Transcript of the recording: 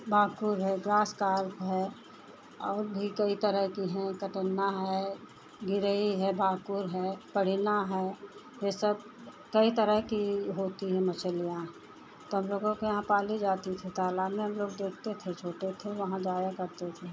बाकी भाकुर है घासटाप है और भी कई तरह की हैं कट्टन्ना है गरई है भाकुर है पढेना है यह सब कई तरह की होती हैं मछलियाँ तब लोगों के यहाँ पाली जाती थीं तालाब में हमलोग देखते थे छोटे थे वहाँ जाया करते थे